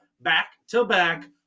back-to-back